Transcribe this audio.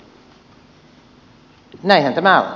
näinhän tämä on